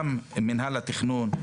גם מינהל התכנון,